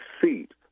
seat